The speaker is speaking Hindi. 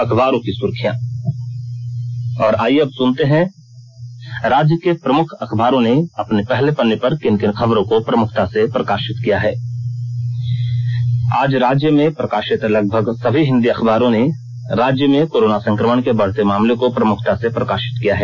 अखबारों की सुर्खियां आईये अब सुनते हैं राज्य के प्रमुख अखबारों ने अपने पहले पन्ने पर किन किन खबरों को प्रमुखता से प्रकाशित किया है आज राज्य में प्रकाशित लगभग सभी हिंदी अखबारों ने राज्य में कोरोना संकमण के बढते मामले को प्रमुखता से प्रकाशित किया है